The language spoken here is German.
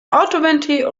autoventil